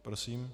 Prosím.